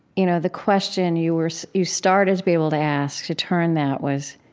you know the question you were so you started to be able to ask to turn that was,